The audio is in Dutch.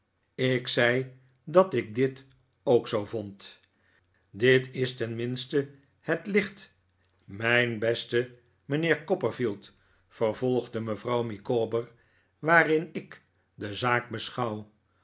ik zei dat ik dit ook zoo vond dit is tenminste het licht mijn beste mijnheer copperfield vervolgde mevrouw micawber waarin i k de zaak beschouw